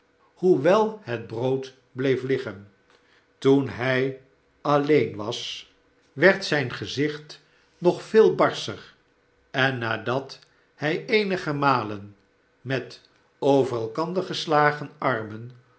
hoewel het brood bleef liggen toen hij alleen was barnaby rudge werd zijn gezicht nog veel barscher en nadat hij eenige malen met over elkander geslagen armen